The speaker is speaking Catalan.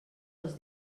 els